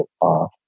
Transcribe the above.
off